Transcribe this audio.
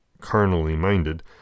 carnally-minded